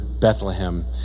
Bethlehem